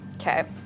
Okay